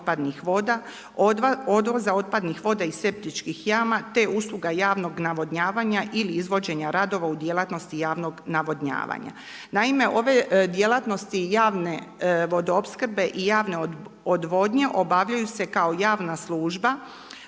odvoza otpadnih voda iz septičkih jama, te usluga javnog navodnjavanja ili izvođenja radova u djelatnosti javnog navodnjavanja. Naime, ove djelatnosti javne vodoopskrbe i javne odvodnje, obavljaju se kao javna služba